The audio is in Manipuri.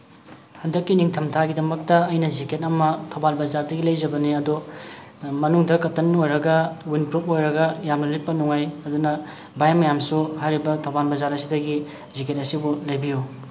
ꯍꯟꯗꯛꯀꯤ ꯅꯤꯡꯊꯝ ꯊꯥꯒꯤꯗꯃꯛꯇ ꯑꯩꯅ ꯖꯦꯀꯦꯠ ꯑꯃ ꯊꯧꯕꯥꯜ ꯕꯖꯥꯔꯗꯒꯤ ꯂꯩꯖꯕꯅꯤ ꯑꯗꯣ ꯃꯅꯨꯡꯗ ꯀꯇꯟ ꯑꯣꯏꯔꯒ ꯋꯤꯟ ꯄ꯭ꯔꯨꯞ ꯑꯣꯏꯔꯒ ꯌꯥꯝꯅ ꯂꯤꯠꯄ ꯅꯨꯡꯉꯥꯏ ꯑꯗꯨꯅ ꯚꯥꯏ ꯃꯌꯥꯝꯁꯨ ꯍꯥꯏꯔꯤꯕ ꯊꯧꯕꯥꯜ ꯕꯖꯥꯔ ꯑꯁꯤꯗꯒꯤ ꯖꯦꯀꯦꯠ ꯑꯁꯤꯕꯨ ꯂꯩꯕꯤꯌꯨ